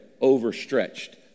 overstretched